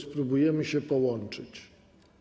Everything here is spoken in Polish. Spróbujemy się połączyć.